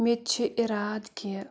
مےٚ تہِ چھُ اِراد کہِ